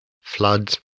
Floods